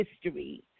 history